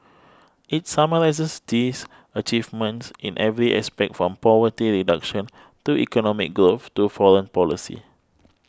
it summarises Xi's achievements in every aspect from poverty reduction to economic growth to foreign policy